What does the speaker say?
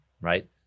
right